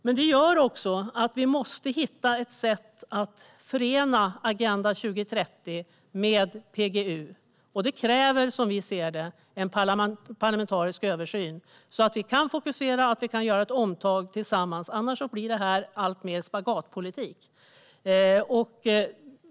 Detta gör att vi måste hitta ett sätt att förena Agenda 2030 med PGU. Detta kräver, som vi ser det, en parlamentarisk översyn så att vi kan fokusera och göra ett omtag tillsammans. Annars blir detta alltmer spagatpolitik.